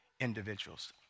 individuals